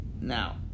Now